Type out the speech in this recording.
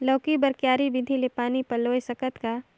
लौकी बर क्यारी विधि ले पानी पलोय सकत का?